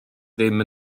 ddim